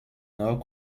nord